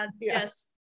Yes